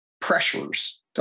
pressures